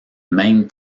mêmes